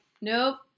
nope